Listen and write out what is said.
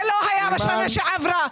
זה לא מה שהיה בשנה שעברה.